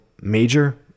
major